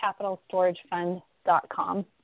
CapitalStorageFund.com